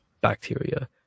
bacteria